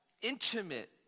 intimate